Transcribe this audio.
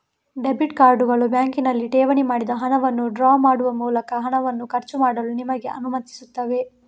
debit ಕಾರ್ಡುಗಳು ಬ್ಯಾಂಕಿನಲ್ಲಿ ಠೇವಣಿ ಮಾಡಿದ ಹಣವನ್ನು ಡ್ರಾ ಮಾಡುವ ಮೂಲಕ ಹಣವನ್ನು ಖರ್ಚು ಮಾಡಲು ನಿಮಗೆ ಅನುಮತಿಸುತ್ತವೆ